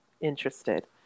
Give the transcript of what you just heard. interested